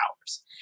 hours